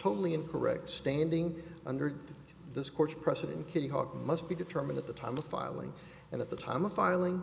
totally incorrect standing under this court's precedent kittyhawk must be determined at the time of filing and at the time of filing